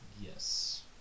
Yes